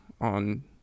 on